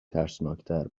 ترسناکتر